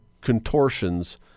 contortions